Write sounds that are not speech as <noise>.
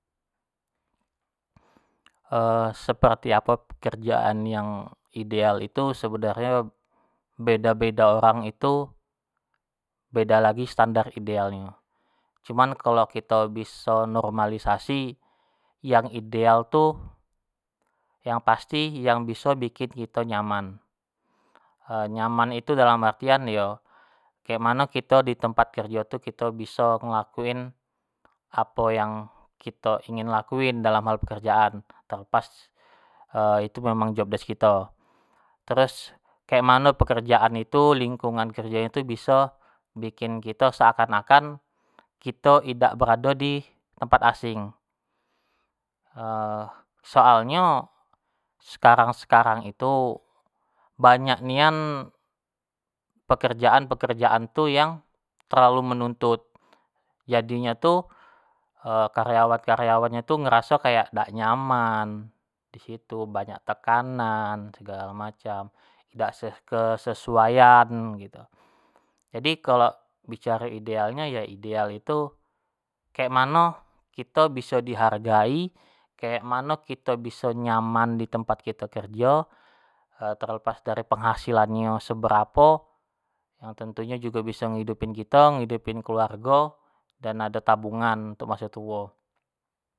<hesitation> seperti apo pekerjaan yang ideal itu sebenarnyo beda-beda orang itu beda lagi standar ideal nyo, cuman kalau kito biso normalisasi yang ideal tuh yang pasti yang biso bikin kito nyaman, <hesitation> nyaman itu dalam artian yo kek mano kito di tempat kerjo tu kito biso ngelakuin apo yang kito ingin lakuin dalam hal pekerjaan terlepas <hesitation> itu memang job desk kito, terus kek mano pekerjaan itu lingkungan kerjo nyo tu biso bikin kito seakan-akan kito idak berado di tempat asing, <hesitation> soalnyo sekarang-sekarang itu banyak nian pekerjan-pekerjaan tu yang terlalu menuntut, jadi nyo tu <hesitation> karyawan-karyawan nyo tu ngeraso kayak dak nyaman <hesitation> disitu, banyak tekanan <hesitation> segalo macam dak se kesesuaian gitu. jadi kalo bicaro ideal nyo, yo ideal itu kek mano kito biso dihargai, kek mano kito biso nyaman di tempat kito kerjo, terlepas dari penghasilan nyo seberapo yang tentu nyo jugo biso ngidupin kito, ngidupin keluargo dan ado jugo tabungan untuk maso tuo.